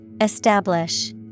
Establish